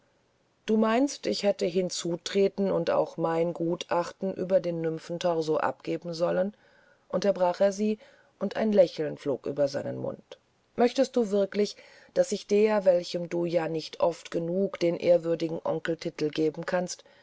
du meinst ich hätte hinzutreten und auch mein gutachten über den nymphentorso abgeben sollen unterbrach er sie und ein lächeln flog um seinen mund möchtest du wirklich daß sich der welchem du ja nicht oft genug den ehrwürdigen onkeltitel geben kannst